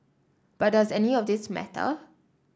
but does any of this matter